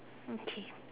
okay